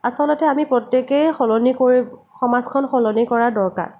আচলতে আমি প্ৰত্যেকেই সলনি সমাজখন সলনি কৰাৰ দৰকাৰ